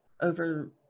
over